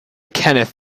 kenneth